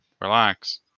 relax